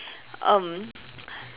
um